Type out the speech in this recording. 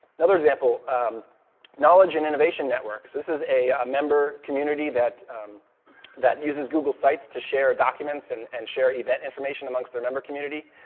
another example knowledge and innovation networks. this is a ah member community that that uses google sites to share documents and and share event information amongst their member community,